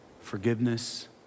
forgiveness